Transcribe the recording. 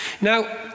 Now